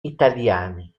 italiani